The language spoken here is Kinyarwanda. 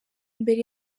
mbere